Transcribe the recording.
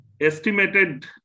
estimated